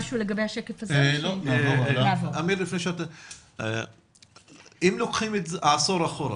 אם לוקחים עשור אחורה,